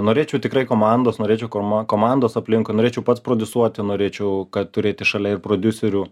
norėčiau tikrai komandos norėčiau komandos aplinkui norėčiau pats prodiusuoti norėčiau kad turėti šalia ir prodiuserių